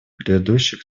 предыдущих